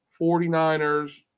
49ers